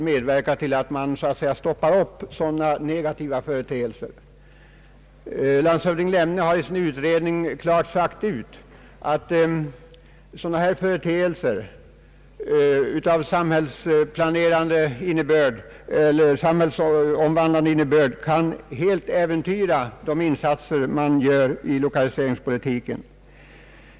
Landshövding Lemne har i sin utredning klart sagt ut att sådana här företeelser av samhällsomvandlande innebörd helt kan äventyra de insatser som görs inom lokaliseringspolitiken.